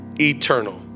eternal